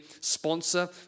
sponsor